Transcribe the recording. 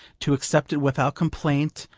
to accept it without complaint,